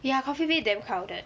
ya Coffee Bean damn crowded